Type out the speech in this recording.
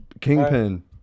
Kingpin